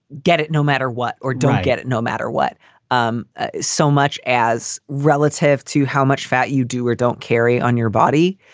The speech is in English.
get it no matter what or don't get it no matter what um ah so much as relative to how much fat you do or don't carry on your body.